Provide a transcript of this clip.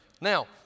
Now